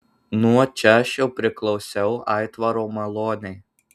nuo čia aš jau priklausiau aitvaro malonei